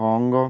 Hong Kong